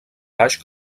baix